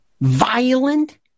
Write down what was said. violent